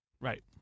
Right